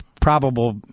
probable